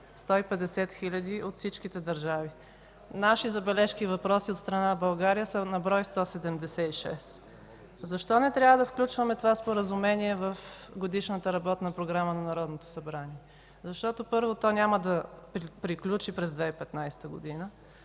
150 хиляди от всичките държави, наши забележки и въпроси – от страна на България, са на брой 176. Защо не трябва да включваме това споразумение в Годишната работна програма на Народното събрание? Защото, първо, то няма да приключи през 2015 г.,